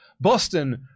boston